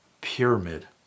Pyramid